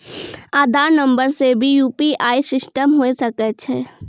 आधार नंबर से भी यु.पी.आई सिस्टम होय सकैय छै?